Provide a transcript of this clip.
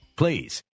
please